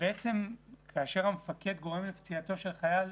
כאשר המפקד גורם לפציעתו של חייל,